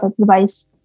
advice